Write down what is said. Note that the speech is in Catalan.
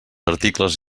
articles